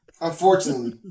Unfortunately